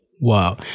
Wow